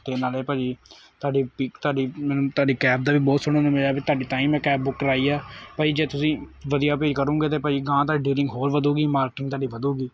ਤੇ ਨਾਲੇ ਭਾਅ ਜੀ ਤਾਡੀ ਪੀ ਤਾਡੀ ਮੈਨੂੰ ਤਾਡੀ ਕੈਬ ਦਾ ਵੀ ਬਹੁਤ ਸੋਹਣਾ ਮਿਲਿਆ ਤਾਡੀ ਤਾਹੀਂ ਮੈਂ ਕੈਬ ਬੁੱਕ ਕਰਾਈ ਐ ਭਾਅ ਜੀ ਜੇ ਤੁਸੀਂ ਵਧੀਆ ਭੇਜ ਕਰੂੰਗੇ ਤੇ ਭਾਜੀ ਗਾਹ ਤਾਡੀ ਰੇਟਿੰਗ ਹੋਰ ਵਧੂਗੀ ਮਾਰਕਿੰਗ ਤਾਡੀ ਵਧੂਗੀ